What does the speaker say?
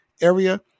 area